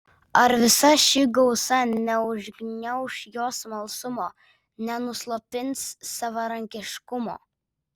ar visa ši gausa neužgniauš jo smalsumo nenuslopins savarankiškumo